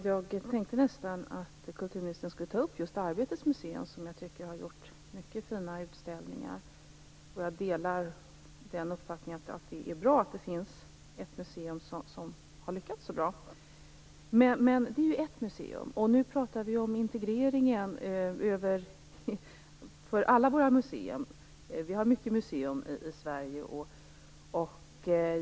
Herr talman! Jag trodde nog att kulturministern skulle ta upp just Arbetets museum, som jag tycker har haft mycket fina utställningar. Jag delar uppfattningen att det är bra att det finns ett museum som har lyckats så bra. Men det är ett museum. Nu talar vi om integrering beträffande alla museer i Sverige. Det finns ju många museer i vårt land.